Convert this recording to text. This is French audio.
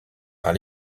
par